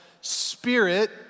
spirit